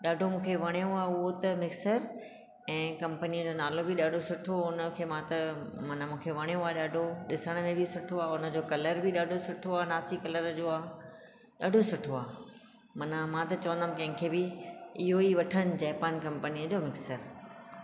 ॾाढो मूंखे वणियो आहे उहो त मिक्सर ऐं कम्पनी जो नालो बि ॾाढो सुठो हो उनखे मां त मन मूंखे वणियो आहे ॾाढो ॾिसण में बि सुठो आहे हुनजो कलर बि ॾाढो सुठो आहे नासी कलर जो आहे ॾाढो सुठो आहे मना मां त चवंदमि कंहिंखे बि इहो ई वठणु जैपान कम्पनीअ जो मिक्सर